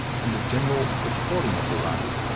and a general recording apparatus,